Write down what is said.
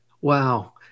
Wow